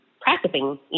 practicing